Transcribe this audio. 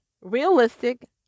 realistic